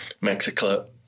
Mexico